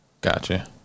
gotcha